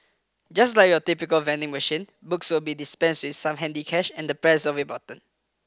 just like your typical vending machine books will be dispensed with some handy cash and the press of a button